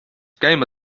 käima